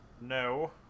no